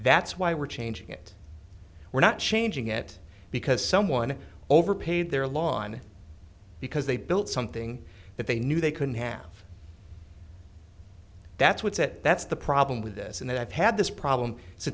that's why we're changing it we're not changing it because someone overpaid their lawn because they built something that they knew they couldn't have that's what's it that's the problem with this and then i've had this problem s